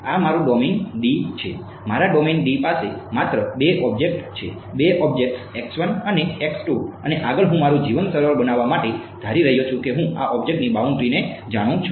આ મારું domain D છે મારા ડોમેન D પાસે માત્ર બે ઑબ્જેક્ટ્સ છે બે ઑબ્જેક્ટ્સ અને અને આગળ હું મારું જીવન સરળ બનાવવા માટે ધારી રહ્યો છું કે હું આ ઑબ્જેક્ટ્સની બાઉન્ડ્રીઓને જાણું છું